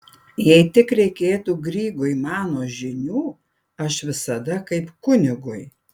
jei tik reiktų grygui mano žinių aš visada kaip kunigui